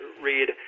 read